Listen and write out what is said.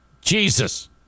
Jesus